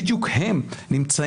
בדיוק הם נמצאים,